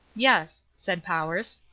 yes, said powers.